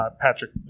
Patrick